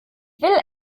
will